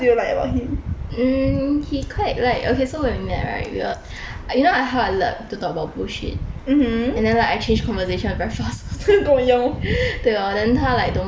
mm he quite like okay so when we met right you know I how I like to talk bullshit and then like I change conversation very fast 对 lor then 他 like don't mind eh